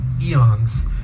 eons